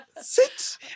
Sit